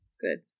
Good